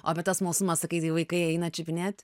o apie tą smalsumą sakai tai vaikai eina čiupinėt